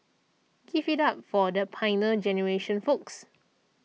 give it up for the Pioneer Generation folks